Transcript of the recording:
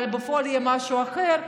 אבל בפועל יהיה משהו אחר.